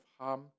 harm